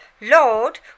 Lord